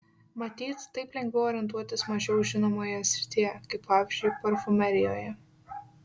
matyt taip lengviau orientuotis mažiau žinomoje srityje kaip pavyzdžiui parfumerijoje